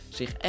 zich